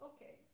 Okay